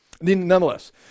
Nonetheless